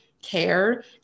care